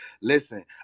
Listen